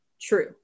true